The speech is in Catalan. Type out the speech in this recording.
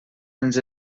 ens